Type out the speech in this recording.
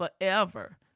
forever